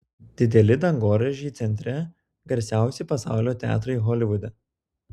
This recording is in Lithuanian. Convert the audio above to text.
dideli dangoraižiai centre garsiausi pasaulio teatrai holivude